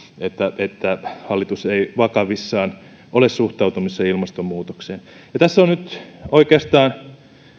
että hallitus ei ole vakavissaan suhtautumisessa ilmastonmuutokseen tässä kokonaisuudessa on oikeastaan